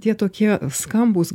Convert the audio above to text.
tie tokie skambūs